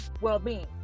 well-being